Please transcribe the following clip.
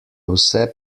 vse